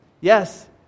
yes